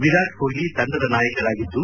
ವಿರಾಟ್ ಕೊಳ್ಲಿ ತಂಡದ ನಾಯಕರಾಗಿದ್ದು